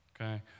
okay